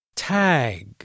Tag